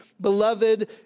beloved